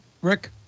Rick